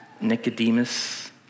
Nicodemus